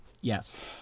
Yes